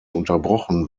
unterbrochen